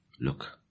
look